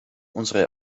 unsere